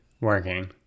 working